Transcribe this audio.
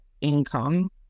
income